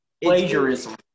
plagiarism